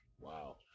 Wow